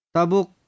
Tabuk